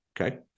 okay